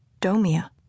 Domia